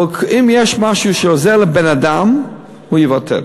אבל אם יש משהו שעוזר לבן-אדם הוא יבטל,